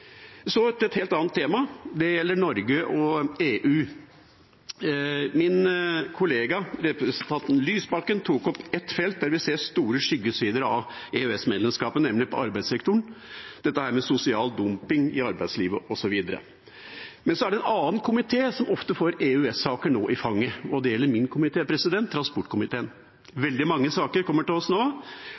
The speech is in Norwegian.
Så til et helt annet tema – det gjelder Norge og EU. Min kollega, representanten Lysbakken, tok opp et felt der vi ser store skyggesider av EØS-medlemskapet, nemlig på arbeidssektoren, dette med sosial dumping i arbeidslivet, osv. Men så er det en annen komité som nå ofte får EØS-saker i fanget, og det er min komité, transportkomiteen. Veldig mange saker kommer til oss nå,